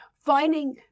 finding